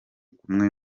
kumwe